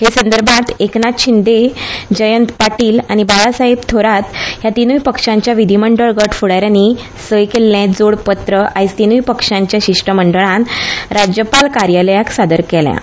हे संदर्भांत एकनाथ शिंदे जयंत पाटील आनी बाळासाहेब थोरात ह्या तीनूय पक्षांच्या विधीमंडळ गटफुडा यांनी स्वाक्षरीन जोड पत्र आयज तीनूय पक्षाच्या शिष्टमंडळान राज्यपाल कार्यालयाक सादर केल्यां